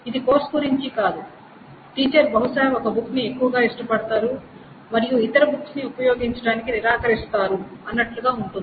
ఇది కోర్సు గురించి కాదు టీచర్ బహుశా ఒక బుక్ ని ఎక్కువగా ఇష్టపడతారు మరియు ఇతర బుక్స్ ని ఉపయోగించడానికి నిరాకరిస్తారు అన్నట్లుగా ఉంటుంది